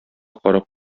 карап